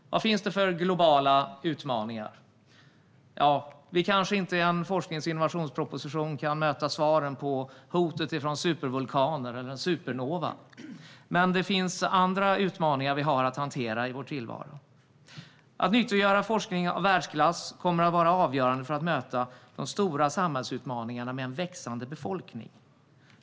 Vad finns det då för globala utmaningar? En forsknings och innovationsproposition kanske inte kan ge svaren på hotet från supervulkaner eller en supernova, men det finns andra utmaningar som vi har att hantera i vår tillvaro. Att nyttiggöra forskning av världsklass kommer att vara avgörande för att möta de stora samhällsutmaningarna med en växande befolkning.